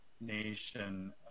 nation